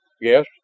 Yes